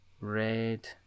red